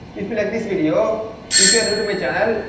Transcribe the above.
if you liked this video you can go to my channel